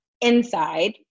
inside